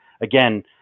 again